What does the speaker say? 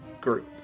group